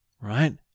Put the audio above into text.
right